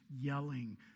yelling